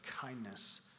kindness